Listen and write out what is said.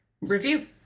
review